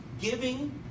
Giving